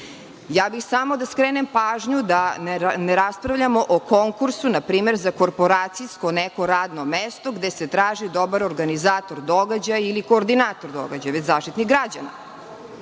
Ja bih samo da skrenem pažnju da ne raspravljamo o konkursu, npr, za korporacijsko neko radno mesto gde se traži dobar organizator, događaji ili koordinator događaja, već Zaštitnik građana.